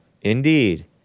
Indeed